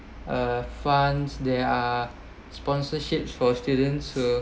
uh funds there are sponsorships for students to